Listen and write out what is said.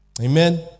Amen